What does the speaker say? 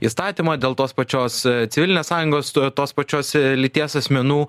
įstatymą dėl tos pačios civilinės sąjungos to tos pačios lyties asmenų